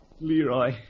Leroy